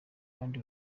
kandi